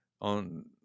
on